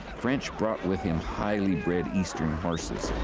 french brought with him highly bred eastern horses.